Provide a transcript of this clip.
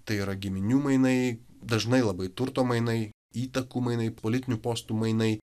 tai yra giminių mainai dažnai labai turto mainai įtakų mainai politinių postų mainai